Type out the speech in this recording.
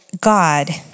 God